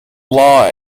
law